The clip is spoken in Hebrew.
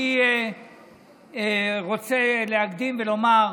אני רוצה להקדים ולומר: